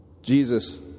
Jesus